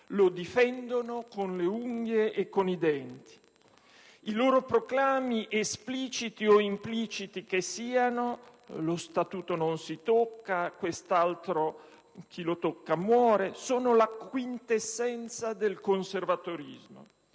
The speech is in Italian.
lo difendono con le unghie e con i denti: i loro proclami, espliciti o impliciti che siano ("Lo statuto non si tocca", "Chi tocca l'articolo 18 muore"), sono la quintessenza del conservatorismo.